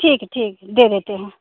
ठीक है ठीक है दे देते हैं